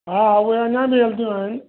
हा उहे अञा बि हलिदियूं आहिनि